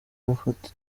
amafoto